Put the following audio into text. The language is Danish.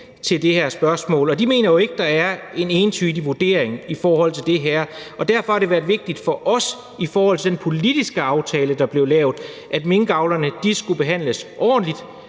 til det her spørgsmål. Og de mener jo ikke, at der er en entydig vurdering i forhold til det her, og derfor har det været vigtigt for os i forhold til den politiske aftale, der blev lavet, at minkavlerne skulle behandles ordentligt,